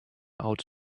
out